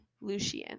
Lucian